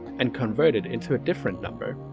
and convert it into a different number.